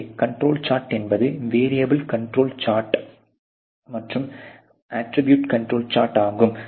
எனவே control chart என்பது variable control chart மற்றும் அட்ரிபூட் கண்ட்ரோல் சார்ட் ஆகும்